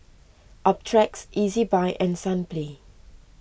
Optrex Ezbuy and Sunplay